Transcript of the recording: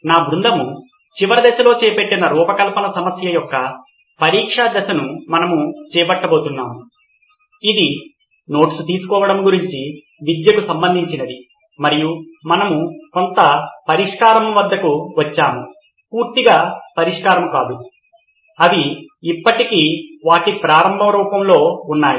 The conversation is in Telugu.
నా బృందం చివరి దశలో చేపట్టిన రూపకల్పన సమస్య యొక్క పరీక్షా దశను మనము చేబట్టబోతున్నము ఇది నోట్స్ తీసుకోవడం గురించి విద్యకు సంబంధించినది మరియు మనము కొంత పరిష్కారం వద్దకు వచ్చాము పూర్తిగా పరిష్కారం కాదు అవి ఇప్పటికీ వాటి ప్రారంభ రూపంలో ఉన్నాయి